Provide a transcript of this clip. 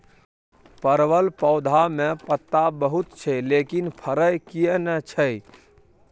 परवल पौधा में पत्ता बहुत छै लेकिन फरय किये नय छै?